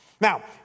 Now